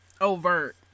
overt